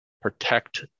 protect